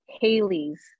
Haley's